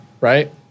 Right